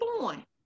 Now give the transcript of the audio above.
on